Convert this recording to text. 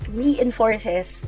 reinforces